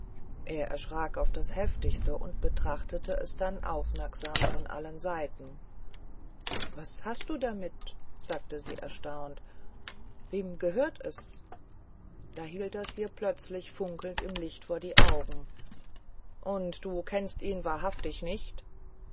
er erschrak auf das heftigste und betrachtete es dann aufmerksam von allen seiten was hast du damit sagte sie erstaunt wem gehört es da hielt er's ihr plötzlich funkelnd am licht vor die augen und du kennst ihn wahrhaftig nicht